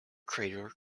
crater